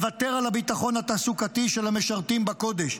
לוותר על הביטחון התעסוקתי של המשרתים בקודש.